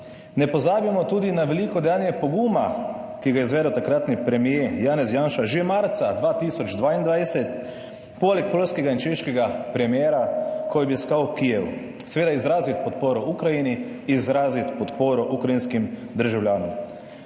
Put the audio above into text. Ne pozabimo tudi na veliko dejanje poguma, ki ga je izvedel takratni premier Janez Janša že marca 2022, poleg poljskega in češkega premiera, ko je obiskal Kijev, seveda izraziti podporo Ukrajini, izraziti podporo ukrajinskim državljanom.